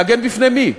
להגן מפני מי?